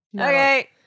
Okay